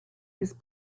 his